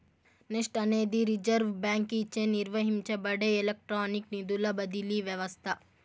NEFT అనేది reserve బాంకీచే నిర్వహించబడే ఎలక్ట్రానిక్ నిధుల బదిలీ వ్యవస్త